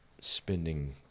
spending